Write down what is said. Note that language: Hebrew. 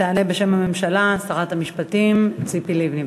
תענה בשם הממשלה שרת המשפטים ציפי לבני.